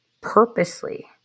Purposely